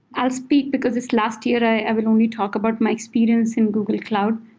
i'll speak because it's last year i will only talk about my experience in google cloud.